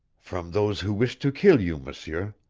from those who wish to kill you, m'seur.